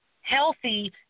healthy